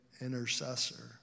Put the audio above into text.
intercessor